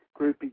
Groupie